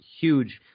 huge –